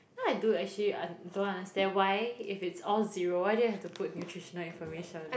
you know I do actually [uhn] don't understand why if it's all zero why do you have to put nutritional information